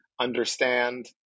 understand